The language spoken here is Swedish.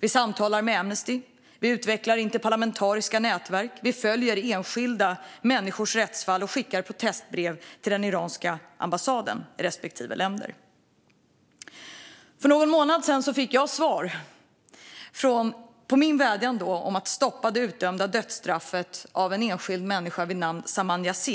Vi samtalar med Amnesty. Vi utvecklar interparlamentariska nätverk. Vi följer enskilda människors rättsfall och skickar protestbrev till den iranska ambassaden i respektive land. För någon månad sedan fick jag svar på min vädjan om att stoppa det utdömda dödsstraffet för en enskild människa vid namn Saman Yasin.